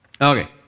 okay